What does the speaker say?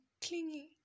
clingy